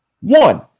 One